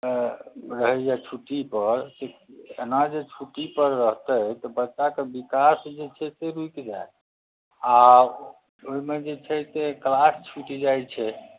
रहैए छुट्टीपर एना जे छुट्टीपर रहतै तऽ बच्चाके विकास जे छै से रुकि जायत आओर ओहिमे जे छै से क्लास छुटि जाइ छै